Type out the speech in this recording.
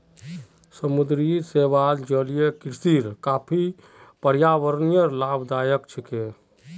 समुद्री शैवाल जलीय कृषिर काफी पर्यावरणीय लाभदायक छिके